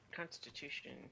Constitution